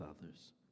others